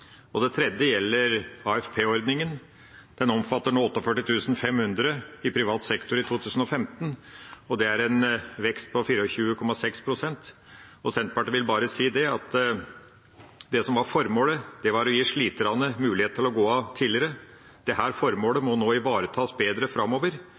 det. Det tredje gjelder AFP-ordningen. Den omfattet 48 500 i privat sektor i 2015, og det er en vekst på 24,6 pst. Senterpartiet vil bare si at det som var formålet, var å gi sliterne mulighet til å gå av tidligere. Dette formålet